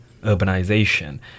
urbanization